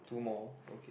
two more okay